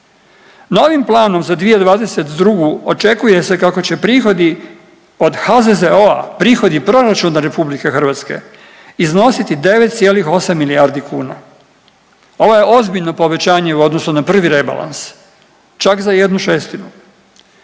Novim planom za 2022. očekuje se kako će prihodi od HZZO-a, prihodi proračuna RH iznositi 9,8 milijardi kuna. Ovo je ozbiljno povećanje u odnosu na prvi rebalans, čak za 1/6. To ne